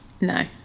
no